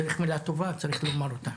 צריך מילה טובה, צריך לומר אותה.